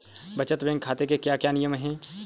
बचत बैंक खाते के क्या क्या नियम हैं?